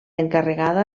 encarregada